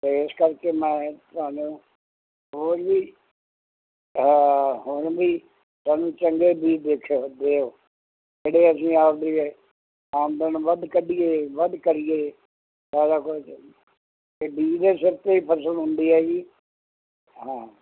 ਅਤੇ ਇਸ ਕਰਕੇ ਮੈਂ ਤੁਹਾਨੂੰ ਹੋਰ ਵੀ ਹਾਂ ਹੁਣ ਵੀ ਤੁਹਾਨੂੰ ਚੰਗੇ ਬੀਜ ਦੇਖਿਓ ਦਿਓ ਜਿਹੜੇ ਅਸੀਂ ਆਪਦੀ ਆਮਦਨ ਵੱਧ ਕੱਢੀਏ ਵੱਧ ਕਰੀਏ ਸਾਰਾ ਕੁਝ ਬੀਜ ਦੇ ਸਿਰ 'ਤੇ ਫਸਲ ਹੁੰਦੀ ਹੈ ਜੀ ਹਾਂ